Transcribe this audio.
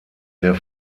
der